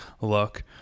look